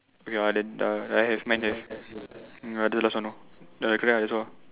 okay ya then err I have mine have ya do last one lor ya correct that's all